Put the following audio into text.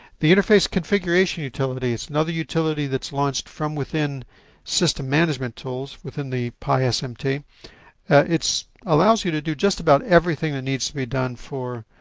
the interface configuration utility it's another utility that's launched from within system management tools within the pi ah so um smt. it's allows you to do just about everything that needs to be done for